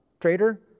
trader